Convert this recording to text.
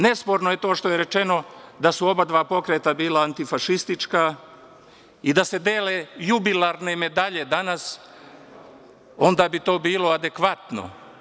Nesporno je to što je rečeno da su oba dva pokreta bila antifašistička i da se dele jubilarne medalje danas, onda bi to bilo adekvatno.